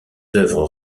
œuvres